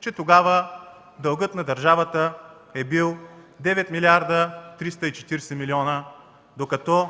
че тогава дългът на държавата е бил 9 млрд. 340 млн. лв., докато